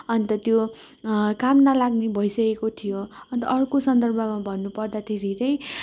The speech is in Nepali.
अन्त त्यो काम नलाग्ने भइसकेको थियो अन्त अर्को सन्दर्भमा भन्नु पर्दाखेरि चाहिँ